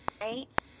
right